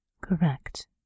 Correct